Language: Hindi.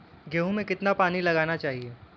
गेहूँ में कितना पानी लगाना चाहिए?